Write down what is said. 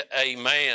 Amen